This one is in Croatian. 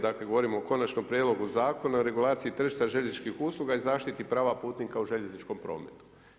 Dakle, govorimo o Konačnom prijedlogu Zakona o regulaciji tržišta željezničkih u sluga i zaštiti prava putnika u željezničkom prometu.